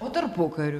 o tarpukariu